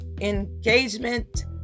engagement